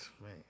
Man